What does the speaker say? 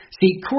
See